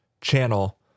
channel